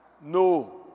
No